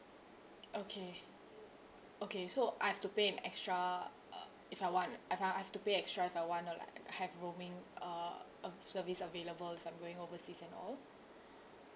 okay okay so I've to pay an extra uh if I want and I've I've to pay extra if I want to like have roaming uh service available if I'm going overseas and all